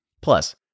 Plus